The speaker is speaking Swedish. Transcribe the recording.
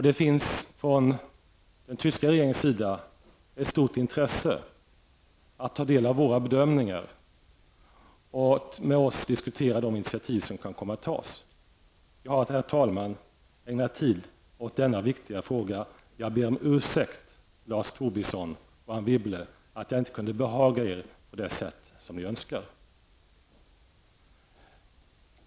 Det finns från den tyska regeringens sida ett stort intresse att ta del av våra bedömningar och med oss diskutera de initiativ som kan komma att tas. Jag har, herr talman, ägnat tid åt denna viktiga fråga. Jag ber om ursäkt Lars Tobisson och Anne Wibble, att jag inte kunde behaga er på det sätt som ni önskar.